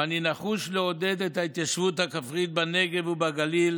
ואני נחוש לעודד את ההתיישבות הכפרית בנגב ובגליל